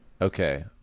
Okay